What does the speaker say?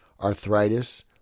arthritis